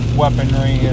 weaponry